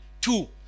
Two